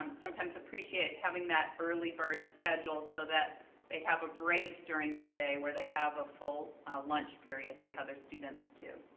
um sometimes appreciate having that early bird schedule so that they have a break during their day where they have a full lunch period like other students do.